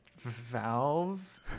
Valve